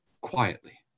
quietly